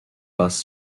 bus